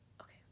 okay